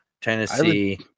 Tennessee